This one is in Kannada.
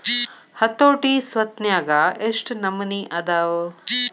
ಹತೋಟಿ ಸ್ವತ್ನ್ಯಾಗ ಯೆಷ್ಟ್ ನಮನಿ ಅದಾವು?